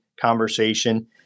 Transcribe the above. conversation